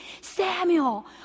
Samuel